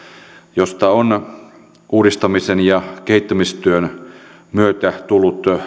josta on uudistamisen ja kehittämistyön myötä tullut